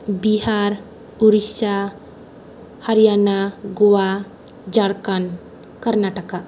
Bihar Odisha Haryana Goa Jharkhand Karnataka